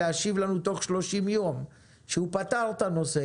להשיב לנו תוך 30 ימים שהוא פתר את הבעיה,